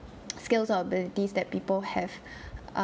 skills or abilities that people have